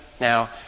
Now